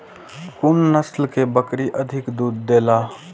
कुन नस्ल के बकरी अधिक दूध देला?